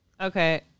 Okay